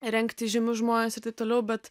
rengti žymius žmones ir taip toliau bet